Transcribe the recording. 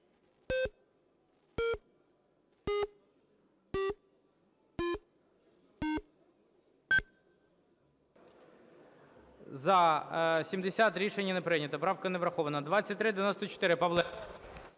За-64 Рішення не прийнято, правка не врахована.